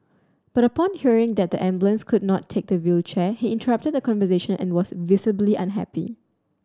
but upon hearing that the ambulance could not take the wheelchair he interrupted the conversation and was visibly unhappy